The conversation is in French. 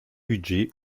budgets